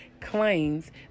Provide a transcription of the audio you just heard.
claims